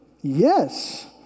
Yes